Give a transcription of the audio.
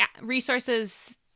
resources